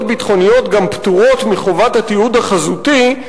ביטחוניות גם פטורות מחובת התיעוד החזותי,